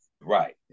Right